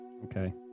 Okay